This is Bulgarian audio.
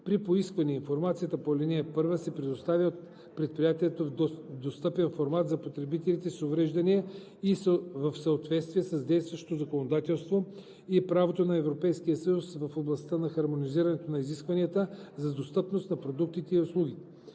При поискване информацията по ал. 1 се предоставя от предприятието в достъпен формат за потребители с увреждания в съответствие с действащото законодателство и правото на Европейския съюз в областта на хармонизирането на изискванията за достъпност на продукти и услуги.